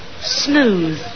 Smooth